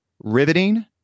Riveting